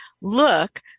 look